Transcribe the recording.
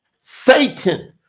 Satan